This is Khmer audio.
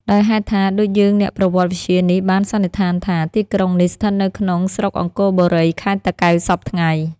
ដោយហេតុថា ដូចយើងអ្នកប្រវត្តិវិទ្យានេះបានសន្និដ្ឋានថា ទីក្រុងនេះ ស្ថិតនៅក្នុងស្រុកអង្គរបូរី ខេត្តតាកែវសព្វថ្ងៃ ។